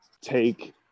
take